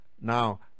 Now